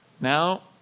Now